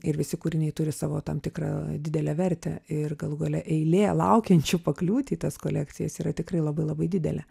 ir visi kūriniai turi savo tam tikrą didelę vertę ir galų gale eilė laukiančių pakliūti į tas kolekcijas yra tikrai labai labai didelė